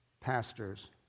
pastors